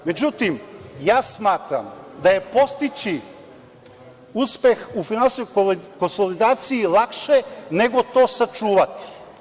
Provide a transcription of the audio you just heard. Međutim, ja smatram da je postići uspeh u finansijskoj konsolidaciji lakše nego to sačuvati.